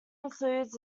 includes